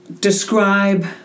describe